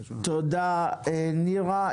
תודה, נירה.